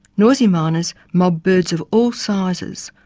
noisy miners mob birds of all sizes,